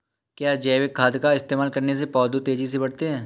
क्या जैविक खाद का इस्तेमाल करने से पौधे तेजी से बढ़ते हैं?